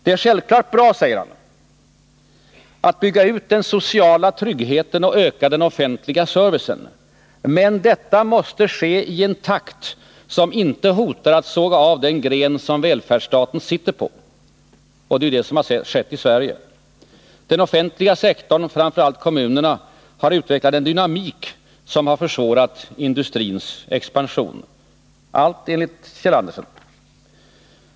Det är självfallet bra — säger han — att bygga ut den sociala tryggheten och öka den offentliga servicen. Men detta måste ske i en takt som icke hotar att såga av den gren som välfärdsstaten sitter på. Och det är det som har skett i Sverige. Den offentliga sektorn, framför allt kommunerna, har utvecklat en dynamik som har försvårat industrins expansion. — Allt enligt Kjeld Andersen.